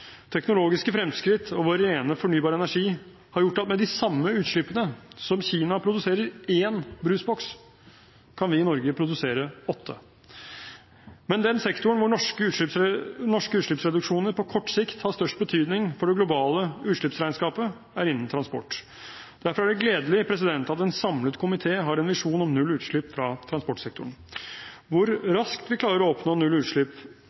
Teknologiske fremskritt og vår rene, fornybare energi har gjort at med de samme utslippene Kina har ved produksjon av én brusboks, kan vi i Norge produsere åtte. Men den sektoren hvor norske utslippsreduksjoner på kort sikt har størst betydning for det globale utslippsregnskapet, er transport. Derfor er det gledelig at en samlet komité har en visjon om null utslipp fra transportsektoren. Hvor raskt vi klarer å oppnå null utslipp,